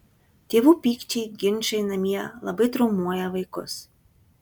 tėvų pykčiai ginčai namie labai traumuoja vaikus